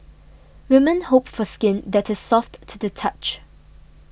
women hope for skin that is soft to the touch